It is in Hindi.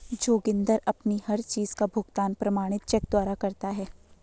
जोगिंदर अपनी हर चीज का भुगतान प्रमाणित चेक द्वारा करता है